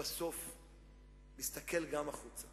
סיבובים באוויר, שינויי עמדות מהקצה אל הקצה.